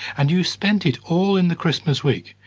and you spent it all in the christmas week,